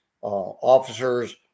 officers